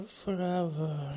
forever